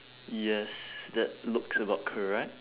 yes that looks about correct